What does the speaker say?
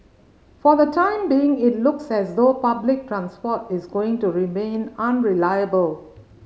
for the time being it looks as though public transport is going to remain unreliable